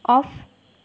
off